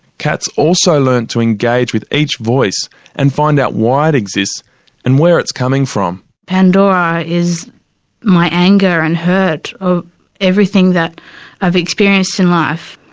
kat's also learned to engage with each voice and find out why it exists and where it's coming from. pandora is my anger and hurt of everything that i've experienced in life.